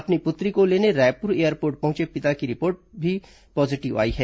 अपनी पुत्री को लेने रायपुर एयरपोर्ट पहुंचे पिता की रिपोर्ट भी पॉजिटिव आई है